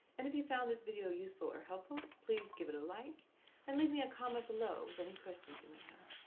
and if you found this video useful or helpful, please give it a like and leave me a comment below with any questions you may have.